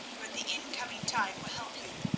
but the incoming tide will help you,